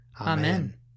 Amen